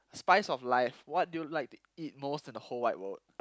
spice of life what do you like to eat most in the whole wide world